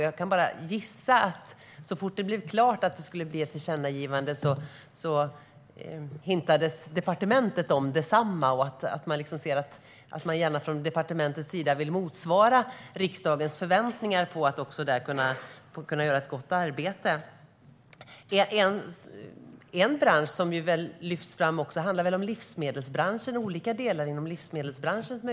Jag kan bara gissa att så fort det blev klart att det skulle bli ett tillkännagivande hintades departementet om detsamma och att departementet gärna velat motsvara riksdagens förväntningar och göra ett gott arbete. Något som också lyfts fram är smalare områden inom livsmedelsbranschen.